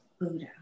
Buddha